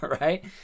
right